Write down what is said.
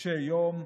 קשי יום,